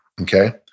Okay